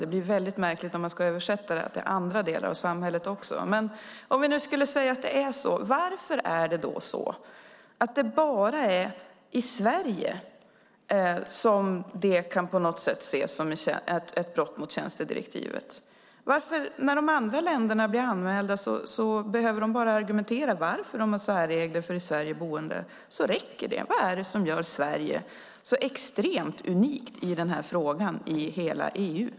Det blir väldigt märkligt om man ska översätta detta till andra delar av samhället också, men om vi nu skulle säga att det är så, varför är det då bara i Sverige det på något sätt kan ses som ett brott mot tjänstedirektivet? När de andra länderna blir anmälda behöver de bara argumentera för varför de har särregler för i Sverige boende. Det räcker. Vad är det som gör Sverige så extremt unikt i hela EU i denna fråga?